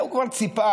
הוא כבר ציפה,